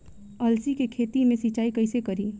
अलसी के खेती मे सिचाई कइसे करी?